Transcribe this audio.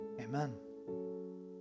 amen